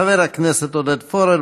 חבר הכנסת עודד פורר,